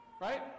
Right